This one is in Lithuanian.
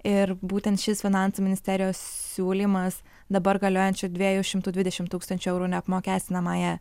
ir būtent šis finansų ministerijos siūlymas dabar galiojančių dviejų šimtų dvidešimt tūkstančių eurų neapmokestinamąją